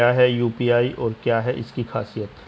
क्या है यू.पी.आई और क्या है इसकी खासियत?